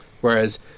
Whereas